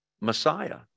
Messiah